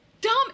dumb